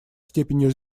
степенью